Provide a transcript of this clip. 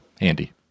Andy